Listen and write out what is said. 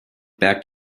back